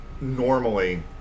normally